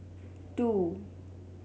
two